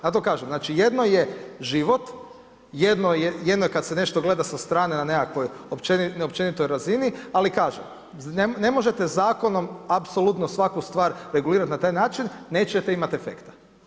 Zato kažem, znači jedno je život, jedno je kada se nešto gleda sa strane na nekakvoj općenitoj razini ali kažem, ne možete zakonom apsolutno svaku stvar regulirati na taj način nećete imati efekta.